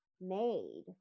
made